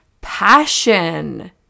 passion